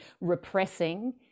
repressing